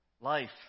Life